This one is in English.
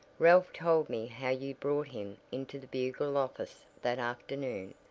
ralph told me how you brought him into the bugle office that afternoon,